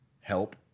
help